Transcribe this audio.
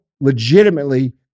legitimately